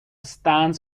stands